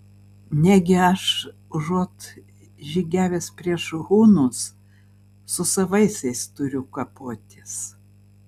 negi aš užuot žygiavęs prieš hunus su savaisiais turiu kapotis